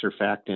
surfactant